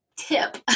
tip